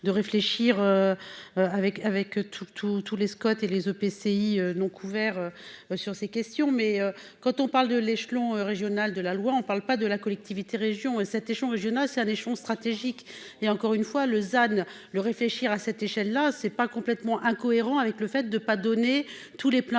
de réfléchir. Avec avec tous tous tous les Scott et les EPCI non couverts. Sur ces questions, mais quand on parle de l'échelon régional de la loi, on ne parle pas de la collectivité, région cet échelon régional ça défense stratégique et encore une fois le. Le réfléchir à cette échelle-là c'est pas complètement incohérent avec le fait de pas donner tous les pleins